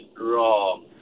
wrong